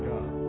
God